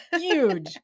Huge